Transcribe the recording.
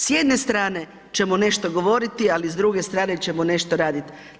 S jedne strane ćemo nešto govoriti, ali s druge strane ćemo nešto raditi.